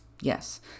Yes